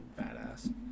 badass